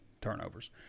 turnovers